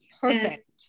Perfect